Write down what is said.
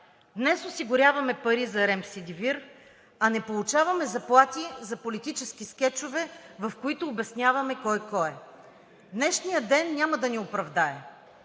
Днес осигуряваме пари за Ремдесивир, а не получаваме заплати за политически скечове, в които обясняваме кой кой е. Днешният ден няма да ни оправдае,